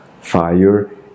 fire